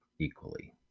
equally